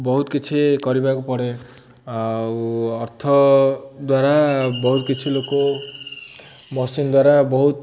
ବହୁତ କିଛି କରିବାକୁ ପଡ଼େ ଆଉ ଅର୍ଥ ଦ୍ୱାରା ବହୁତ କିଛି ଲୋକ ମେସିନ୍ ଦ୍ୱାରା ବହୁତ